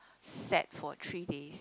set for three days